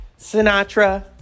Sinatra